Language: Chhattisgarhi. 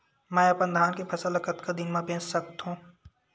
मैं अपन धान के फसल ल कतका दिन म बेच सकथो?